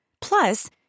Plus